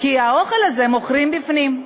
כי את האוכל הזה מוכרים בפנים.